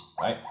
right